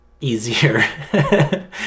easier